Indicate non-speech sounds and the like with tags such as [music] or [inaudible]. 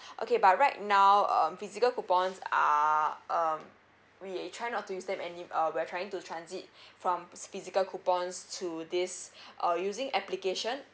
[breath] okay but right now um physical coupons are um we try not to use them any uh we're trying to transit from physical coupons to this uh using application